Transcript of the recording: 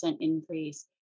increase